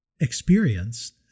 experience